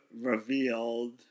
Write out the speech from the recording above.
revealed